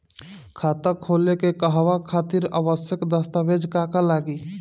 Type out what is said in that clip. खाता खोले के कहवा खातिर आवश्यक दस्तावेज का का लगी?